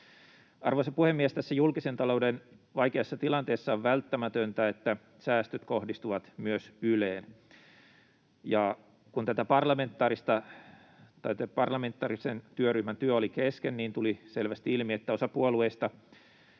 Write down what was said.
Arvoisa puhemies! Tässä julkisen talouden vaikeassa tilanteessa on välttämätöntä, että säästöt kohdistuvat myös Yleen. Kun tämän parlamentaarisen työryhmän työ oli kesken, niin tuli selvästi ilmi, että osa puolueista